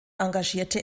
engagierte